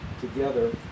together